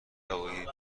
بگویید